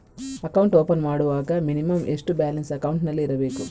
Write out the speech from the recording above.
Account open ಮಾಡುವಾಗ minimum ಎಷ್ಟು balance ಅಕೌಂಟಿನಲ್ಲಿ ಇರಬೇಕು?